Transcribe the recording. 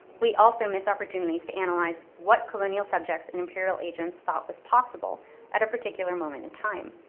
we also miss opportunities to analyze what colonial subjects and imperial agents thought was possible at a particular moment in time.